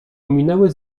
ominęły